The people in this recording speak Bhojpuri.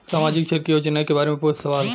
सामाजिक क्षेत्र की योजनाए के बारे में पूछ सवाल?